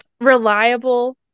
reliable